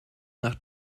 nach